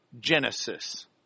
Genesis